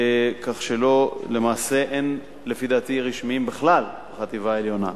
כך שלמעשה אין, לדעתי, רשמיים בכלל בחטיבה עליונה,